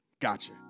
Gotcha